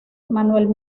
manuel